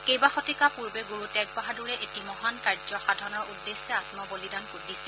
কেইবা শতিকা পূৰ্বে গুৰু টেগ বাহাদুৰে এটি মহান কাৰ্য সাধনৰ উদ্দেশ্যে আম্ম বলিদান দিছিল